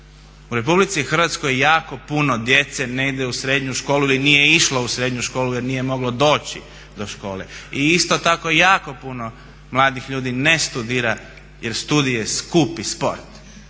U RH jako puno djece ne ide u srednju školu ili nije išlo u srednju školu jer nije moglo doći do škole. I isto tako jako puno mladih ljudi ne studira jer studij je skupi sport,